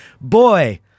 boy